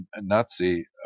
nazi